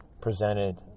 presented